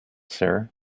sir